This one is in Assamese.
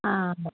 অ